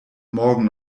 morgen